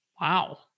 Wow